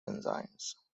enzymes